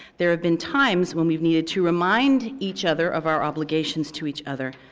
there have been times when we've needed to remind each other of our obligations to each other,